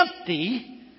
empty